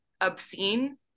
obscene